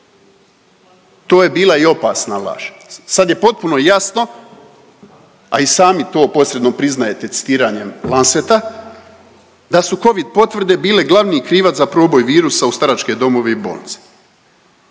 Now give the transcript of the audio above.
To je bila i opasna laž. Sad je potpuno jasno, a i sami to posredno priznajete citiranjem Lanceta, da su Covid potvrde bile glavni krivac za proboj virusa u staračke domove i bolnice.